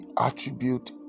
attribute